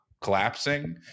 collapsing